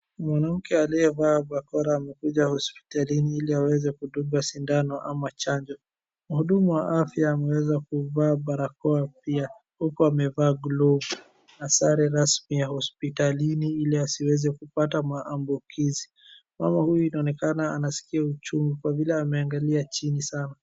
Mwanamke aliyevaa bakora amekuja hospitalini ili aweze kudungwa sindano ama chanjo. Mhudumu wa afya ameweza kuvaa barakoa pia huku amevaa glovu na sare rasmi ya hospitali ili ile asiweze kupata maambukizi. Mama huyu inaonekana anaskia uchungu kwa vile ameangalia chini sana.